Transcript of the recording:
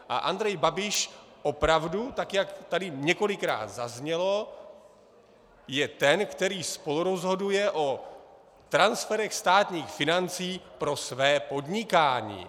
A Andrej Babiš opravdu, tak jak tady několikrát zaznělo, je ten, který spolurozhoduje o transferech státních financí pro své podnikání.